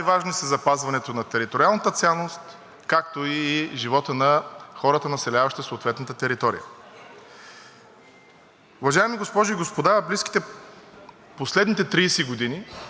Уважаеми госпожи и господа, последните 30 години военни действия, война в такъв мащаб на Стария континент ние не сме забелязвали. Това доведе до